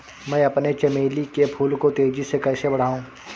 मैं अपने चमेली के फूल को तेजी से कैसे बढाऊं?